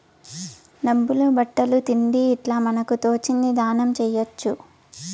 డబ్బులు బట్టలు తిండి ఇట్లా మనకు తోచింది దానం చేయొచ్చు